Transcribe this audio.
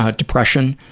ah depression,